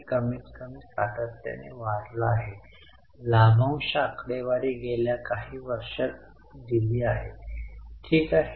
आता वेगळी कर देयता 5000 ने वाढली आहे जी आपण ओ केली आहे असे चिन्हांकित केले आहे